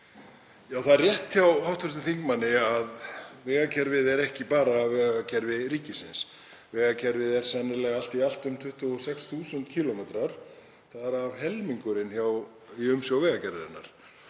Það er rétt hjá hv. þingmanni að vegakerfið er ekki bara kerfi ríkisins. Vegakerfið er sennilega allt í allt um 26.000 km, þar af er helmingurinn í umsjá Vegagerðarinnar.